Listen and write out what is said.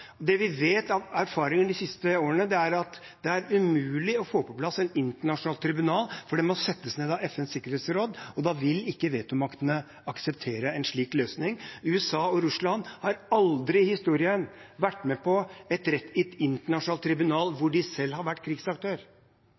Det vi vet av erfaring fra de siste årene, er at det er umulig å få på plass et internasjonalt tribunal, for det må settes ned av FNs sikkerhetsråd, og vetomaktene vil ikke akseptere en slik løsning. USA og Russland har aldri i historien vært med på et internasjonalt tribunal der de selv har vært krigsaktør.